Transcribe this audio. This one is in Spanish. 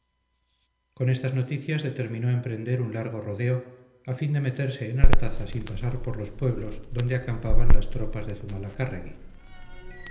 con estas noticias determinó emprender un largo rodeo a fin de meterse en artaza sin pasar por los pueblos donde acampaban las tropas de